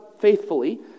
faithfully